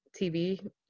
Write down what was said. TV